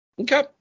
Okay